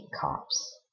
cops